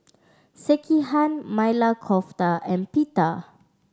Sekihan Maili Kofta and Pita